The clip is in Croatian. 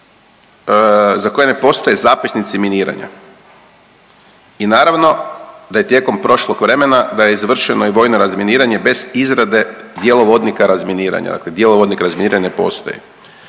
za koje ne postoje zapisnici miniranja. I naravno da je tijekom prošlog vremena, da je izvršeno i vojno razminiranje bez izrade djelovodnika razminiranja, dakle djelovodnik razminiranja postoji.